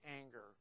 anger